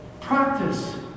Practice